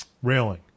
railing